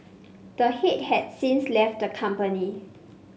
the head has since left the company